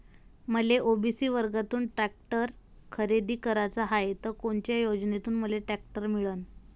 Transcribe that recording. मले ओ.बी.सी वर्गातून टॅक्टर खरेदी कराचा हाये त कोनच्या योजनेतून मले टॅक्टर मिळन?